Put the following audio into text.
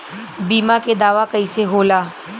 बीमा के दावा कईसे होला?